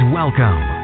welcome